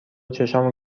چشامو